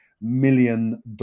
million